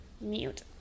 mute